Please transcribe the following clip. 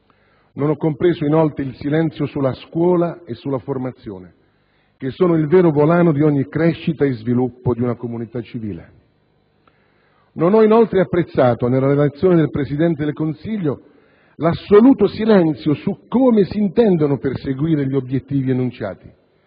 Non ho compreso, inoltre, il silenzio sulla scuola e sulla formazione, che sono il vero volano di ogni crescita e sviluppo di una comunità civile. Non ho poi apprezzato, nella relazione del Presidente del Consiglio, l'assoluto silenzio su come si intendano perseguire gli obiettivi enunciati